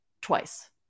twice